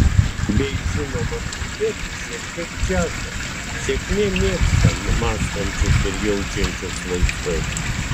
bei žinoma pridėti šiek tiek džiazo sėkmė mėgsta mąstančius ir jaučiančius laisvai